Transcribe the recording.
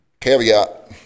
caveat